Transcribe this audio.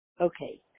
Okay